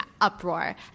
uproar